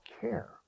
care